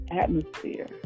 atmosphere